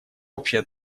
общая